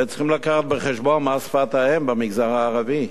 וצריכים להביא בחשבון מה שפת האם במגזר הערבי.